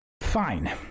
Fine